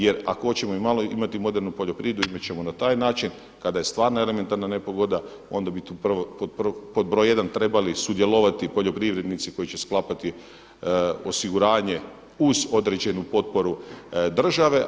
Jel ako hoćemo i malo imati modernu poljoprivredu imat ćemo na taj način kada je stvarna elementarna nepogoda onda bi tu pod broj jedan trebali sudjelovati poljoprivrednici koji će sklapati osiguranje uz određenu potporu države.